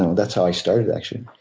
um that's how i started, actually.